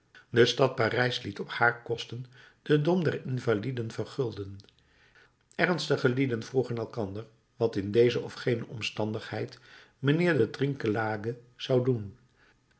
de stad parijs liet op haar kosten den dom der invaliden vergulden ernstige lieden vroegen elkander wat in deze of gene omstandigheid mijnheer de trinquelague zou doen